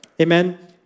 Amen